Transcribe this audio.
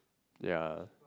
ya